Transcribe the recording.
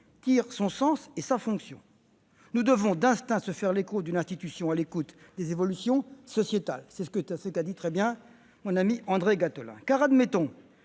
tire son sens et sa fonction. Nous devons d'instinct nous faire l'écho d'une institution à l'écoute des évolutions sociétales, comme l'a dit très justement mon ami André Gattolin. Admettons